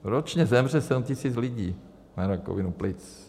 Ročně zemře 7 tisíc lidí na rakovinu plic.